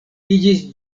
iĝis